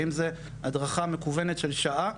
האם זה הדרכה מקוונת של שעה,